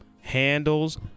handles